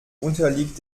unterliegt